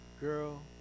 girl